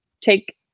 take